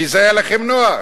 כי זה היה לכם נוח.